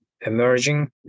emerging